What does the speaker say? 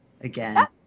again